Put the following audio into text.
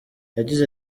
yagize